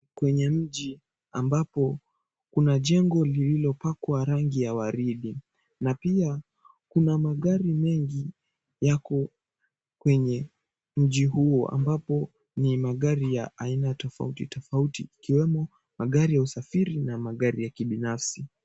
Kwenye mji ambapo kuna jengo lililopakwa rangi ya waridi na pia kuna magari mengi yako kwenye mji huu ambapo ni magari ya aina tofauti tofauti ikiwemo magari ya usafiri na magari ya kibinafsi.